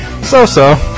So-so